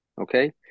Okay